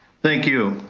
thank you.